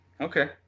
okay